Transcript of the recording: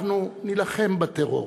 אנחנו נילחם בטרור